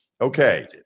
Okay